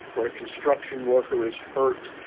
when a construction worker is hurt,